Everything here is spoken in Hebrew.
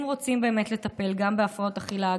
אם רוצים באמת לטפל גם בהפרעות אכילה,